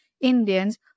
Indians